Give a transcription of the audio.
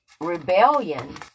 rebellion